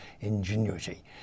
Ingenuity